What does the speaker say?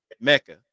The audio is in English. Mecca